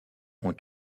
ont